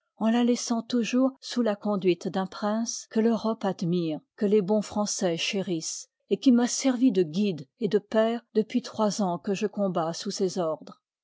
en la laissant tou i part jours sous la conduite d'un prince que liv l j l'europe admire que les bons français chérissent et qui m'a servi de guide et de père depuis trois ans que je combats sous ses ordres